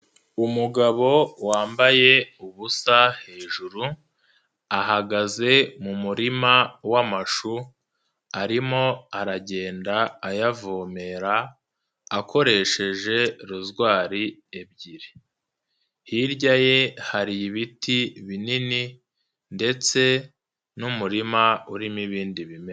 Umugabo wambaye ubusa hejuru ahagaze mu murima wamashu, arimo aragenda ayavomera, akoresheje rozari ebyiri, hirya ye hari ibiti binini ndetse n'umurima urimo ibindi bimera.